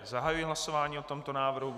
Zahajuji hlasování o tomto návrhu.